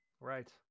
Right